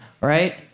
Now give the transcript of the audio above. right